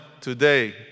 today